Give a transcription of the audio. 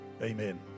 Amen